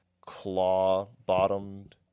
claw-bottomed